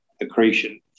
accretion